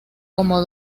como